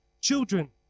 children